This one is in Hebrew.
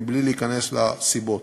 מבלי להיכנס לסיבות.